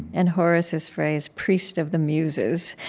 and horace's phrase, priest of the muses.